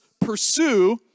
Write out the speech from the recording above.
pursue